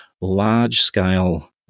large-scale